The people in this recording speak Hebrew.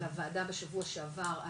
לוועדה שבוע שעבר,